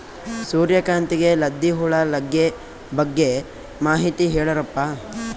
ಸೂರ್ಯಕಾಂತಿಗೆ ಲದ್ದಿ ಹುಳ ಲಗ್ಗೆ ಬಗ್ಗೆ ಮಾಹಿತಿ ಹೇಳರಪ್ಪ?